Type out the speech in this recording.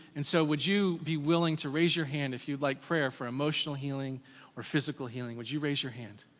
and so would you be willing to raise your hand if you'd like prayer for emotional healing or physical healing, would you raise your hand?